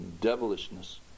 devilishness